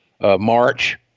March